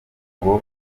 ngo